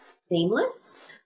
seamless